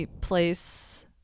place